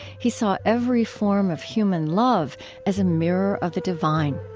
he saw every form of human love as a mirror of the divine